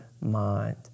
mind